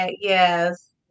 Yes